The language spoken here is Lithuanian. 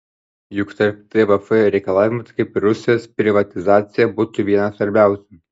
juk tarp tvf reikalavimų kaip ir rusijos privatizacija būtų vienas svarbiausių